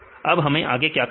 अब हमें आगे क्या करना है